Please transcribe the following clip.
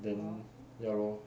then ya lor